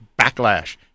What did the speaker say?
backlash